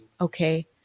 Okay